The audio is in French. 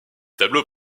tableaux